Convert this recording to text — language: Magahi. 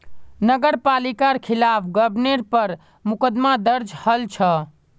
नगर पालिकार खिलाफ गबनेर पर मुकदमा दर्ज हल छ